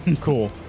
Cool